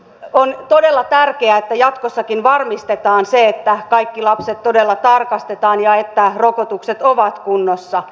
on todella tärkeää että jatkossakin varmistetaan se että kaikki lapset todella tarkastetaan ja että rokotukset ovat kunnossa